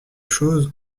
chose